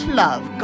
love